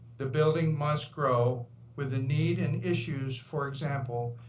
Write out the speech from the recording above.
the building must grow with the need and issues, for example,